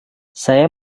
saya